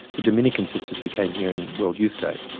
the dominican sisters who came here in world youth day.